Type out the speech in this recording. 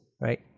right